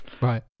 Right